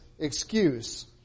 excuse